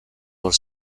were